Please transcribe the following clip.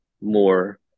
more